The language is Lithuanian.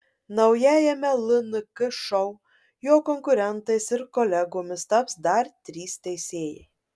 naujajame lnk šou jo konkurentais ir kolegomis taps dar trys teisėjai